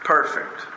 Perfect